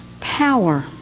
power